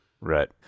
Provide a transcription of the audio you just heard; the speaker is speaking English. Right